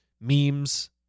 memes